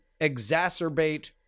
exacerbate